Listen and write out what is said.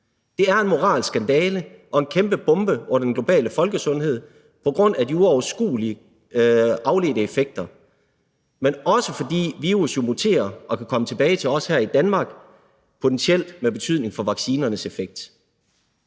Det er en moralsk skandale og en kæmpe bombe under den globale folkesundhed, både på grund af de uoverskuelige afledte effekter, men også, fordi virus jo muterer og kan komme tilbage til os her i Danmark, potentielt med betydning for vaccinernes effekt.